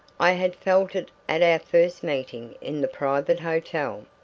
i had felt it at our first meeting in the private hotel.